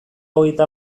hogeita